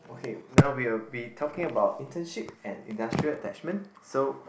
okay now we will we talking about internship and industrial attachment so